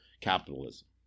capitalism